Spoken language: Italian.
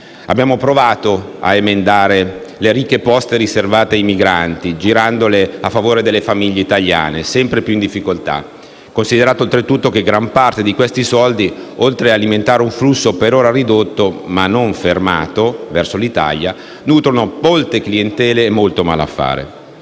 Abbiamo provato a emendare le ricche poste riservate ai migranti, girandole a favore delle famiglie italiane, sempre più in difficoltà, considerato, oltretutto, che gran parte di questi soldi oltre ad alimentare un flusso per ora ridotto, ma non fermato, verso l'Italia, nutrono molte clientele e molto malaffare.